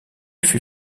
fut